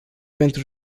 pentru